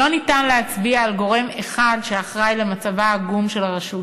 אין אפשרות להצביע על גורם אחד האחראי למצבה העגום של הרשות,